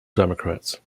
democrats